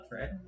right